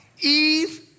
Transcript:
Eve